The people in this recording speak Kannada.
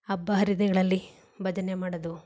ಹಬ್ಬ ಹರಿದಿನಗಳಲ್ಲಿ ಭಜನೆ ಮಾಡೋದು